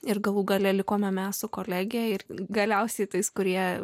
ir galų gale likome mes su kolegija ir galiausiai tais kurie